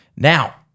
Now